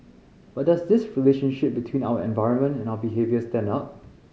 but does this relationship between our environment and our behaviour stand up